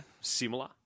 similar